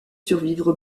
survivre